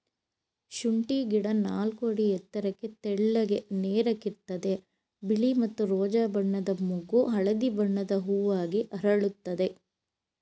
ಶುಂಠಿ ಗಿಡ ನಾಲ್ಕು ಅಡಿ ಎತ್ತರಕ್ಕೆ ತೆಳ್ಳಗೆ ನೇರಕ್ಕಿರ್ತದೆ ಬಿಳಿ ಮತ್ತು ರೋಜಾ ಬಣ್ಣದ ಮೊಗ್ಗು ಹಳದಿ ಬಣ್ಣದ ಹೂವಾಗಿ ಅರಳುತ್ತದೆ